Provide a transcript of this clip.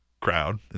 crowd